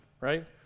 right